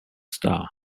star